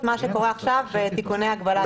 מה שקורה עכשיו בתיקוני הגבלת הפעילות.